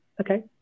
okay